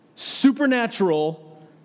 supernatural